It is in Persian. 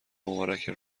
مبارکه